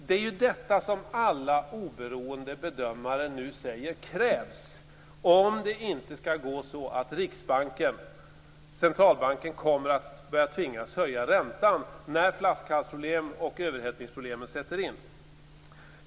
Det är ju detta som alla oberoende bedömare nu säger krävs om det inte skall gå så att Riksbanken, centralbanken, kommer att börja tvingas höja räntan när flaskhalsproblemen och överhettningsproblemen sätter in.